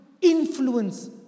influence